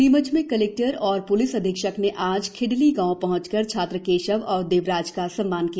नीमच में कलेक्टर और पुलिस अधीक्षक ने आज खेडली गांव पहचंकर छात्र केशव और देवराज का सम्मान किया